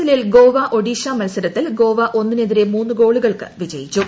എല്ലിൽ ഗോവ ഒഡീഷ മത്സരത്തിൽ ഗോവ ഒന്നിനെതിരെ മൂന്ന് ഗോളുകൾക്ക് വിജയിച്ചു